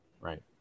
right